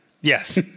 Yes